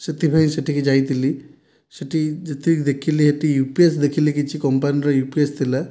ସେଥିପାଇଁ ସେଠିକି ଯାଇଥିଲି ସେଠି ଯେତିକି ଦେଖିଲି ସେଠି ୟୁପିଏସ ଦେଖିଲି କିଛି କମ୍ପାନୀର ୟୁପିଏସ ଥିଲା